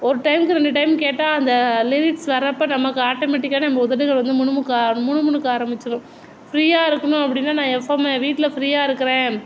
ஒரு டைமுக்கு ரெண்டு டைம் கேட்டால் அந்த லிரிக்ஸ் வரப்போ நமக்கு ஆட்டோமெட்டிக்காக நம்ம உதடுகள் வந்து முணுமுணுக்க முணுமுணுக்க ஆரம்மிச்சிடும் ஃபிரீயாக இருக்கணும் அப்படினா நான் எஃப்எம் வீட்டில் ஃபிரீயாக இருக்கிறேன்